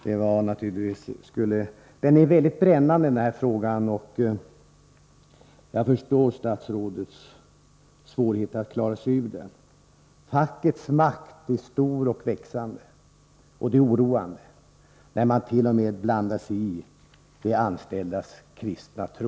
Den här frågan är mycket brännande, och jag förstår statsrådets svårigheter att klara sig ur den. Fackets makt är stor och växande, och det är oroande när man t.o.m. blandar sig i de anställdas kristna tro.